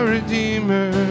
Redeemer